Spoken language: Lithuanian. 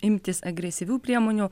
imtis agresyvių priemonių